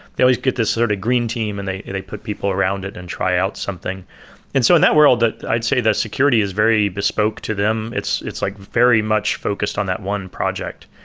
they always get this sort of green team and they they put people around it and try out something and so in that world, i'd say the security is very bespoke to them. it's it's like very much focused on that one project.